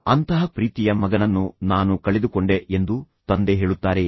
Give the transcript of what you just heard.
ಅಂತಹ ಪ್ರೀತಿಯ ಮಗನನ್ನು ನಾನು ಕಳೆದುಕೊಂಡೆ ಎಂದು ತಂದೆ ಹೇಳುತ್ತಾರೆಯೇ